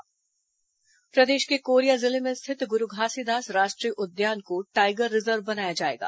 tiger reserve प्रदेश के कोरिया जिले में स्थित गुरू घासीदास राष्ट्रीय उद्यान को टाइगर रिजर्व बनाया जाएगा